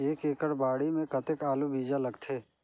एक एकड़ बाड़ी मे कतेक आलू बीजा लगथे?